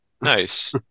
nice